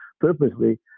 purposely